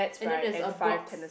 and then that's a box